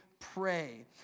Pray